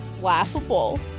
laughable